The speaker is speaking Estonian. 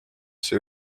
see